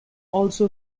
also